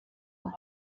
bat